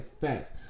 facts